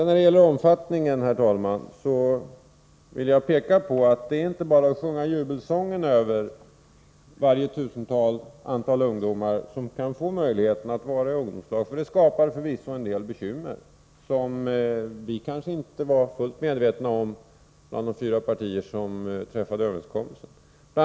När det gäller omfattningen vill jag peka på att det inte bara är att sjunga jubelsånger över varje tusental ungdomar som får möjlighet att vara i ungdomslag, för det skapar förvisso en del bekymmer som vi kanske inte var fullt medvetna om från de fyra partier som träffade överenskommelsen. BI.